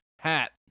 hat